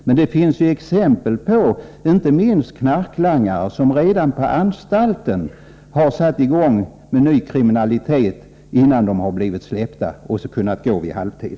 Men det finns exempel på inte minst knarklangare som redan på anstalten har satt i gång med ny kriminalitet och sedan kunnat gå vid halvtid.